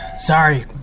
Sorry